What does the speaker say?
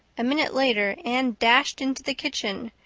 a minute later anne dashed into the kitchen,